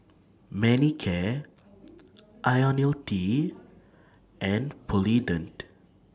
Manicare Ionil T and Polident